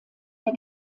der